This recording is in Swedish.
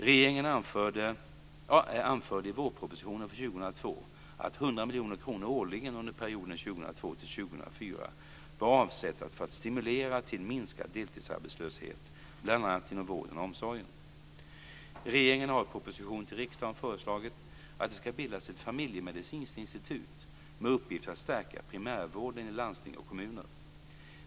Regeringen anförde i vårproposition för 2002 att 100 miljoner kronor årligen under perioden 2002-2004 bör avsättas för att stimulera till minskad deltidsarbetslöshet bl.a. inom vården och omsorgen. Regeringen har i en proposition till riksdagen föreslagit att det ska bildas ett familjemedicinskt institut med uppgift att stärka primärvården i landsting och kommuner.